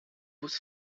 was